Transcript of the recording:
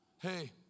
hey